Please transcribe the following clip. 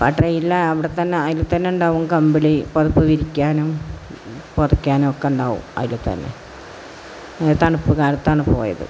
ആ ട്രെയിനിൽ അവിടെ തന്നെ അതിൽ തന്നെ ഉണ്ടാകും കമ്പിളി പുതപ്പ് വിരിക്കാനും പുതക്കാനൊക്കെ ഉണ്ടാവും അതിൽ തന്നെ തണുപ്പ് കാലത്താണ് പോയത്